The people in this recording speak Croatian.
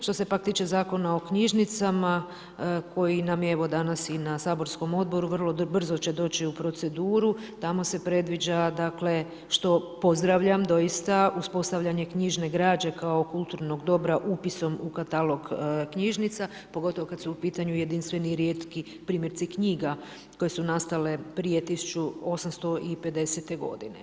Što se pak tiče Zakona o knjižnicama koji nam je evo danas i na saborskom odboru, vrlo brzo će doći u proceduru, tamo se predviđa, što pozdravljam doista, uspostavljanje knjižne građe kao kulturnog dobra upisom u katalog knjižnica, pogotovo kad su u pitanju jedinstveni i rijetki primjerci knjiga koje su nastale prije 1850. godine.